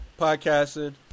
podcasting